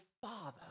Father